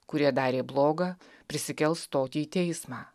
kurie darė bloga prisikels stoti į teismą